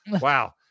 Wow